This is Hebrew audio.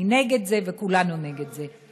אני נגד זה וכולנו נגד זה.